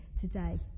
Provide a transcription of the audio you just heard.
today